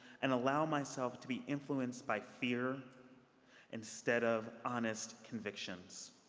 and allow myself to be influenced by fear instead of honest convictions.